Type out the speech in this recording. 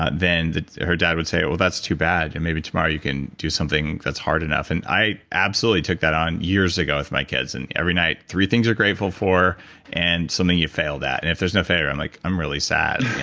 ah then her dad would say, oh, that's too bad and maybe tomorrow you can do something that's hard enough. and i absolutely took that on years ago with my kids. and every night, three things you're grateful for and something you failed at and if there's no failure i'm like i'm really sad.